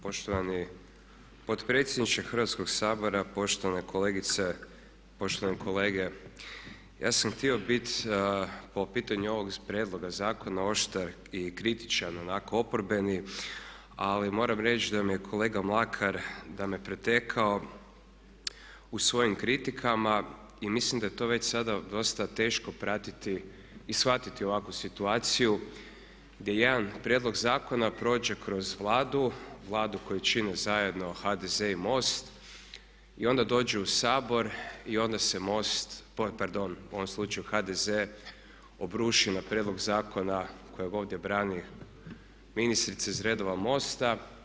Poštovani potpredsjedniče Hrvatskog sabora, poštovane kolegice, poštovani kolege ja sam htio biti po pitanju ovog prijedloga zakona oštar i kritičan onako oporbeni, ali moram reći da mi je kolega Mlakar, da me je pretekao u svojim kritikama i mislim da je to već sada dosta teško pratiti i shvatiti ovakvu situaciju gdje jedan prijedlog zakona prođe kroz Vladu, Vladu koju čine zajedno HDZ i MOST i onda dođe u Sabor i onda se MOST, pardon u ovom slučaju HDZ obruši na prijedlog zakona kojeg ovdje brani ministrica iz redova MOST-a.